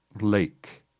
lake